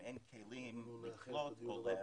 אם אין כלים לחיות,